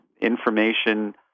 Information